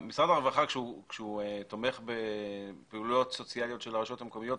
כשהוא תומך בפעולות סוציאליות של הרשויות המקומיות,